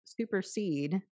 supersede